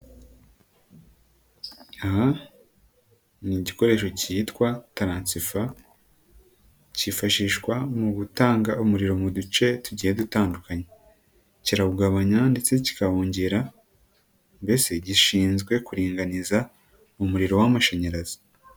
Aha ni igikoresho kitwa taransifa, kifashishwa mu gutanga umuriro mu duce tugiye dutandukanye, kirawugabanya ndetse kikawongera, mbese gishinzwe kuringaniza umuriro w'amashanyarazi.